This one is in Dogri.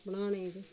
बनाने गी ते